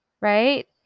right